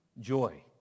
joy